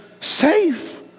safe